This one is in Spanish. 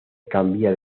cambiar